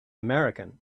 american